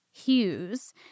hues